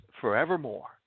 forevermore